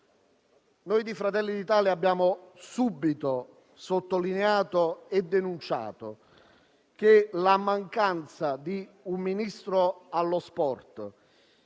Noi di Fratelli d'Italia abbiamo subito sottolineato e denunciato che l'assenza di un Ministro dello sport